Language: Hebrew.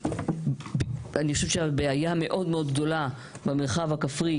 אני חושבת שהבעיה מאוד מאוד גדולה במרחב הכפרי,